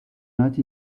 not